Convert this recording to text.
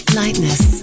lightness